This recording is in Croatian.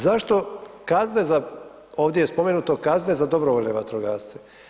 Zašto kazne za, ovdje je spomenuto, kazne za dobrovoljne vatrogasce?